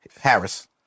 Harris